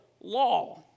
law